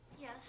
Yes